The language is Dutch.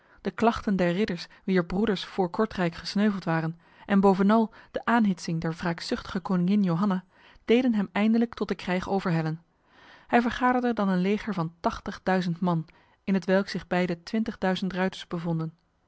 de klachten der ridders wier broeders voor kortrijk gesneuveld waren en bovenal de aanhitsing der wraakzuchtige koningin johanna deden hem eindelijk tot de krijg overhellen hij vergaderde dan een leger van man in hetwelk zich bij de ruiters bevonden